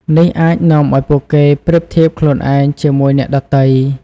នេះអាចនាំឱ្យពួកគេប្រៀបធៀបខ្លួនឯងជាមួយអ្នកដទៃ។